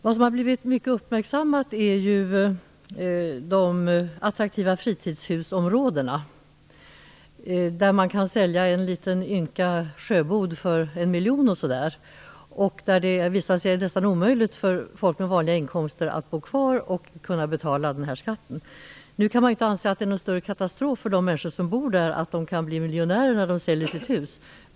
Vad som har blivit mycket uppmärksammat är de attraktiva fritidshusområdena, där man kan sälja en ynka sjöbod för en miljon kronor och liknande. Det har visat sig nästan omöjligt för människor med vanliga inkomster att bo kvar och kunna betala skatten. Nu kan man inte anse att det är någon större katastrof för de människor som bor där att de blir miljonärer när de säljer sitt hus.